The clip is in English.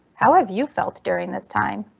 how have you felt during this time?